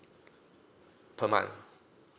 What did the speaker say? per month